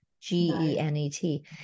g-e-n-e-t